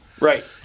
Right